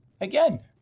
again